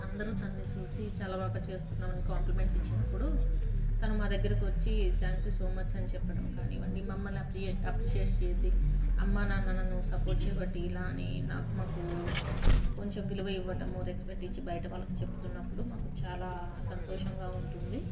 అందరూ తన్నీ చూసి చాలా బాగా చేస్తున్నావని కాంప్లిమెంట్స్ ఇచ్చినప్పుడు తను మా దగ్గరకి వచ్చి థ్యాంక్యూ సో మచ్ అని చెప్పటం కానివ్వండి మమ్మల్ని అప్రిషియేట్ చేసి అమ్మా నాన్న నన్ను సపోర్ట్ చేయబట్టి ఇలా అని నాకు మాకు కొంచెం విలువ ఇవ్వటము రెస్పెక్ట్ ఇచ్చి బయట వాళ్ళకు చెప్తున్నప్పుడు మాకు చాలా సంతోషంగా ఉంటుంది